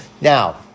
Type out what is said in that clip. Now